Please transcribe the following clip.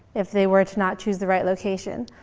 if they were to not choose the right location.